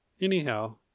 anyhow